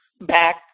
back